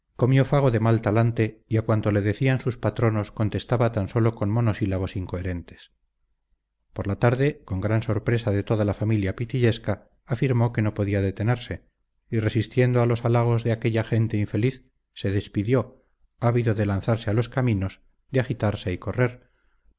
comió fago de mal talante y a cuanto le decían sus patronos contestaba tan sólo con monosílabos incoherentes por la tarde con gran sorpresa de toda la familia pitillesca afirmó que no podía detenerse y resistiendo a los halagos de aquella gente infeliz se despidió ávido de lanzarse a los caminos de agitarse y correr